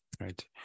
Right